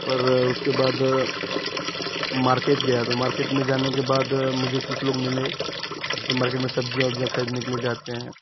पर उसके बाद मार्केट गया तो मार्केट में जाने के बाद मुझे कुछ लोग मिले जैसे मार्केट में सब्जियाँ वबजियाँ खरीदने के लिए जाते हैं